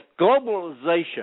globalization